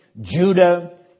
Judah